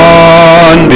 on